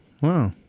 wow